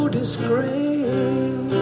disgrace